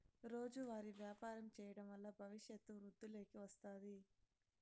రోజువారీ వ్యాపారం చేయడం వల్ల భవిష్యత్తు వృద్ధిలోకి వస్తాది